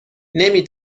نمی